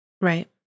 Right